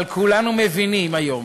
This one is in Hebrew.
אבל כולנו מבינים היום